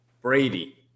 Brady